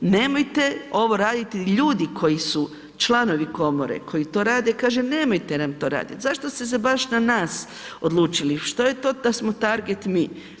Nemojte ovo raditi, ljudi koji su članovi komore koji to rade, kaže nemojte nam to raditi, zašto ste se baš na nas odlučili, što je to da smo target mi.